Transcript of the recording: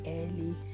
early